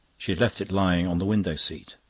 she had left it lying on the window-seat.